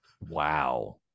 Wow